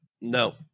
No